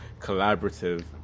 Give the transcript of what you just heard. collaborative